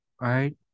Right